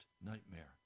nightmare